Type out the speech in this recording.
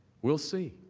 will see.